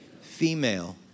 Female